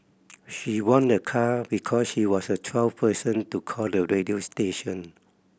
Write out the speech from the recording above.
she won a car because she was the twelfth person to call the radio station